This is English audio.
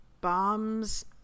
bombs